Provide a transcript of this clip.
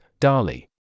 Dali